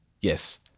Yes